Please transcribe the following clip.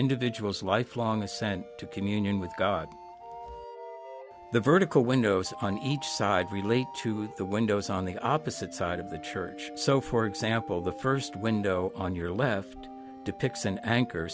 individual's lifelong assent to communion with god the vertical windows on each side relate to the windows on opposite side of the church so for example the first window on your left depicts an anchor